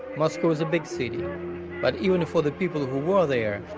moscow is a big city but even for the people who were there,